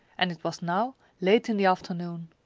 and it was now late in the afternoon.